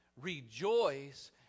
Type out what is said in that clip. Rejoice